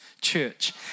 church